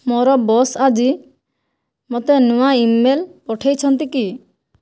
ମୋର ବସ୍ ଆଜି ମୋତେ ନୂଆ ଇମେଲ୍ ପଠେଇଛନ୍ତି କି